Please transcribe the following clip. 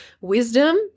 wisdom